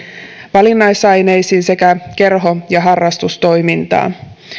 valinnais aineisiin sekä kerho ja harrastustoimintaan